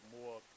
more